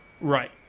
right